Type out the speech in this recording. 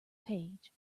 page